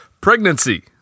pregnancy